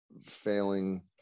failing